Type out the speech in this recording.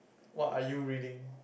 what are you reading